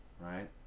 right